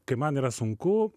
kai man yra sunku